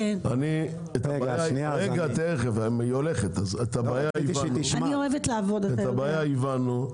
את הבעיה הבנו,